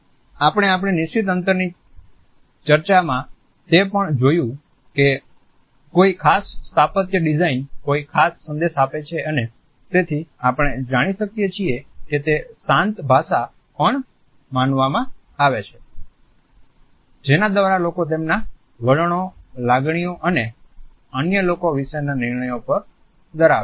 આપણે આપણી નિશ્ચીત અંતરની ચર્ચામાં તે પણ જોયું છે કે કોઈ ખાસ સ્થાપત્ય ડીઝાઈન કોઈ ખાસ સંદેશ આપે છે અને તેથી આપણે જાણી શકીએ છીએ કે તેને શાંત ભાષા પણ માનવામાં આવે છે જેના દ્વારા લોકો તેમના વલણો લાગણીઓ અને અન્ય લોકો વિશેના નિર્ણયો પણ ધરાવે છે